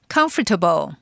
Comfortable